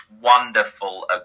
wonderful